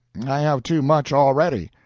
i have too much already.